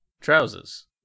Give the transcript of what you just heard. trousers